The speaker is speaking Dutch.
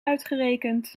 uitgerekend